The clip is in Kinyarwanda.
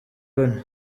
loni